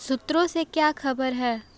सूत्रों से क्या खबर है